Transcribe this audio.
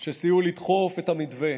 שסייעו לדחוף את המתווה,